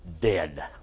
dead